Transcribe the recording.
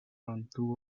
mantuvo